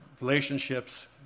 relationships